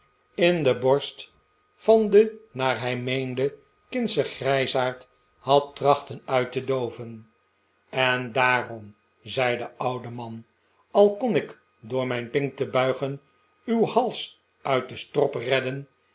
van den naar hij meende r kindschen grijsaard had trachten uit te dooven en daarom zei de oude man al kon ik door mijn pink te buigen uw hals uit den strop redden